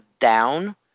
down